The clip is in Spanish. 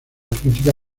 crítica